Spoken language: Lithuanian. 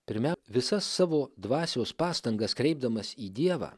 pirmiau visas savo dvasios pastangas kreipdamas į dievą